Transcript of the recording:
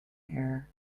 air